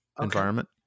environment